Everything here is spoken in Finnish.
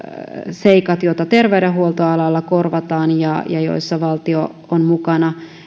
seikkojen joita terveydenhuoltoalalla korvataan ja ja joissa valtio on mukana